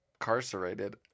Incarcerated